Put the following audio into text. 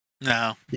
No